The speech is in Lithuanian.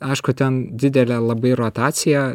aišku ten didelė labai rotacija